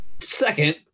Second